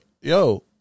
Yo